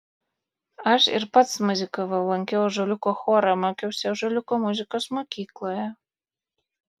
aš ir pats muzikavau lankiau ąžuoliuko chorą mokiausi ąžuoliuko muzikos mokykloje